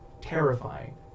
terrifying